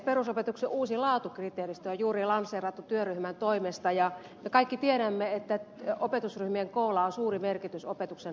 perusopetuksen uusi laatukriteeristö on juuri lanseerattu työryhmän toimesta ja me kaikki tiedämme että opetusryhmien koolla on suuri merkitys opetuksen laadun kannalta